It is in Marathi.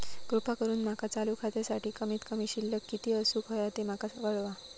कृपा करून माका चालू खात्यासाठी कमित कमी शिल्लक किती असूक होया ते माका कळवा